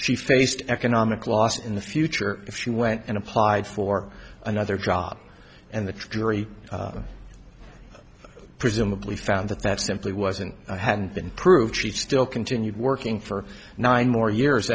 she faced economic loss in the future if she went and applied for another job and the jury presumably found that that simply wasn't hadn't been proved she still continued working for nine more years